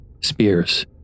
Spears